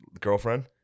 girlfriend